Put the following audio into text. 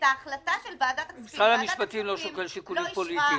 משרד המשפטים לא שוקל שיקולים פוליטיים,